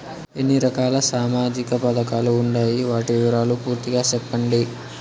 ఎన్ని రకాల సామాజిక పథకాలు ఉండాయి? వాటి వివరాలు పూర్తిగా సెప్పండి?